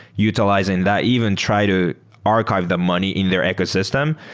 utilizing that, even try to archive the money in their ecosystem.